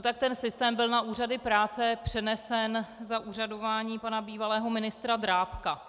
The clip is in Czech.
Tak ten systém byl na úřady práce přenesen za úřadování pana bývalého ministra Drábka.